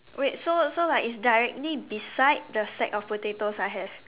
wait so so like it's directly beside the sack of potatoes I have